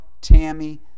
Tammy